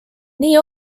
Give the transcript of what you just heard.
nii